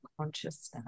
consciousness